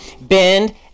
bend